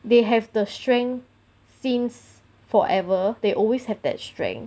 they have the strength since forever they always have that strength